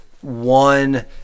one